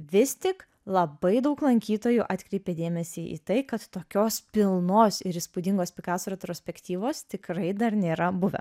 vis tik labai daug lankytojų atkreipė dėmesį į tai kad tokios pilnos ir įspūdingos pikaso retrospektyvos tikrai dar nėra buvę